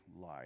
lie